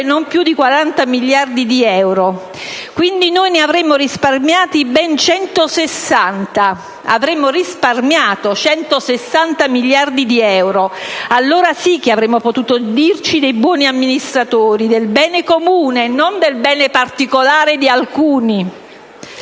non più di 40 miliardi di euro. Quindi ne avremmo risparmiati ben 160: ripeto, avremmo risparmiato 160 miliardi di euro. Allora sì che avremmo potuto dirci dei buoni amministratori del bene comune, non del bene particolare di alcuni.